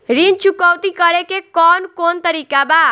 ऋण चुकौती करेके कौन कोन तरीका बा?